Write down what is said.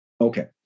Okay